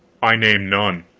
i name none,